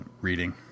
reading